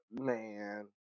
Man